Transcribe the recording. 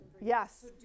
yes